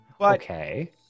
Okay